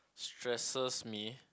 stresses me